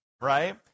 right